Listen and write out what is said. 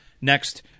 next